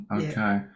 Okay